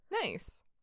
nice